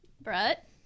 Brett